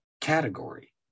category